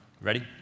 Ready